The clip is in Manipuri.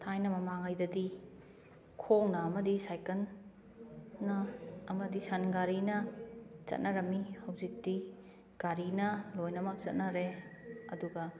ꯊꯥꯏꯅ ꯃꯃꯥꯡꯉꯩꯗꯗꯤ ꯈꯣꯡꯅ ꯑꯃꯗꯤ ꯁꯥꯏꯀꯜ ꯅ ꯑꯃꯗꯤ ꯁꯟꯒꯥꯔꯤꯅ ꯆꯠꯅꯔꯝꯃꯤ ꯍꯧꯖꯤꯛꯇꯤ ꯒꯥꯔꯤꯅ ꯂꯣꯏꯅꯃꯛ ꯆꯠꯅꯔꯦ ꯑꯗꯨꯒ